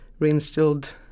reinstilled